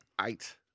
eight